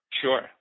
Sure